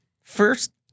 First-